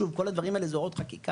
שוב כל הדברים האלה זה הוראות חקיקה,